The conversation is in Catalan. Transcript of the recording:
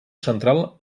central